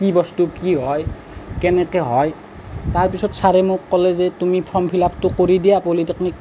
কি বস্তু কি হয় কেনেকৈ হয় তাৰপিছত চাৰে মোক ক'লে যে তুমি ফৰ্ম ফিলাপটো কৰি দিয়া পলিটেকনিক